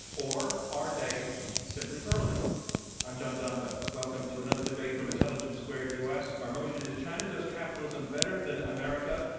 or are they simply early um donvan. welcome to another debate from intelligence squared u. s. our motion is china does capitalism better than america.